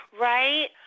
Right